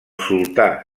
sultà